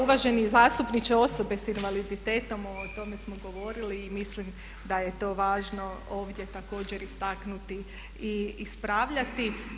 Uvaženi zastupniče osobe sa invaliditetom, o tome smo govorili i mislim da je to važno ovdje također istaknuti i ispravljati.